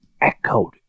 echoed